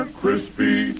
crispy